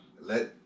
Let